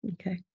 Okay